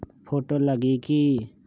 Photo लगी कि?